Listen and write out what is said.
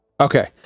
Okay